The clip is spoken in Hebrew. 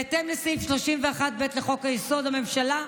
בהתאם לסעיף 31(ב) לחוק-יסוד: הממשלה,